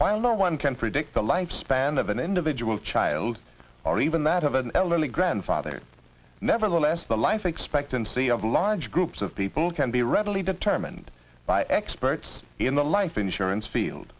while no one can predict the lifespan of an individual child or even that of an elderly grandfather nevertheless the life expectancy of large groups of people can be readily determined by experts in the life insurance field